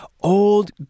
old